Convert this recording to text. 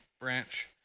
branch